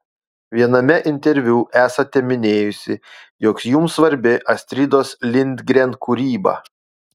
viename interviu esate minėjusi jog jums svarbi astridos lindgren kūryba